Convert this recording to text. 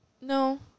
No